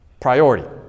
priority